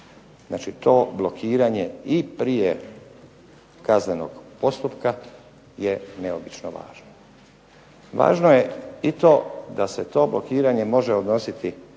Znači to blokiranje i prije kaznenog postupka je neobično važno. Važno je i to da se to blokiranje može odnositi